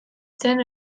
zen